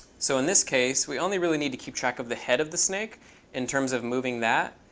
so in this case, we only really need to keep track of the head of the snake in terms of moving that.